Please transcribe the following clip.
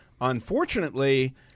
Unfortunately